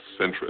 centrist